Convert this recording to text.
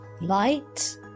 light